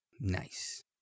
Nice